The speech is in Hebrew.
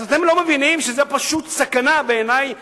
אז אתם לא מבינים שזה פשוט סכנה בעיני?